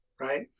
right